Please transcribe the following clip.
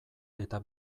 eta